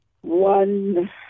one